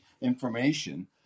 information